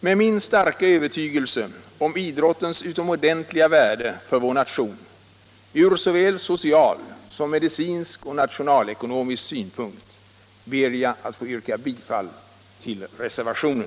Med min starka övertygelse om idrottens utomordentliga värde för vår nation ur såväl social som medicinsk och nationalekonomisk synpunkt ber jag att få yrka bifall till reservationen.